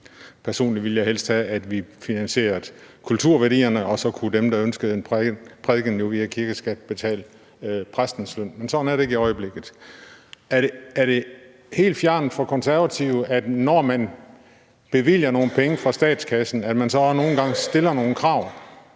Personligt ville jeg helst have, at vi finansierede kulturværdierne, og så kunne dem, der ønskede en prædiken, jo via kirkeskat betale præstens løn. Men sådan er det ikke i øjeblikket. Er det helt fjernt for De Konservative, at man, når man bevilger nogle penge fra statskassen, så nogle gange stiller nogle krav?